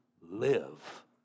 live